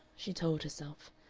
she told herself.